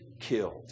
killed